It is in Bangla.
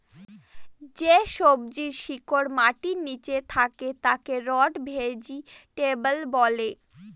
যে সবজির শিকড় মাটির নীচে থাকে তাকে রুট ভেজিটেবল বলে